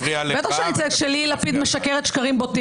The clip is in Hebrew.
בטח שאני אצייץ כשליהי לפיד משקרת שקרים בוטים.